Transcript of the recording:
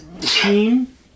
Team